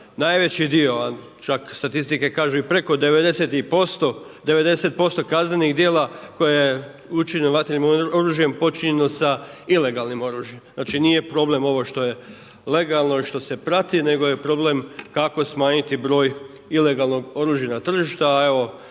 najveći dio, a čak statistike kažu i preko 90% kaznenih djela koje učine vatrenim oružjem je počinjeno sa ilegalnim oružjem. Znači nije problem ovo što je legalno i što se prati, nego je problem kako smanjiti broj ilegalnog oružja na tržištu.